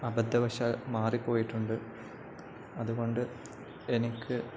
അബദ്ധവശാല് മാറിപ്പോയിട്ടുണ്ട് അതുകൊണ്ട് എനിക്ക്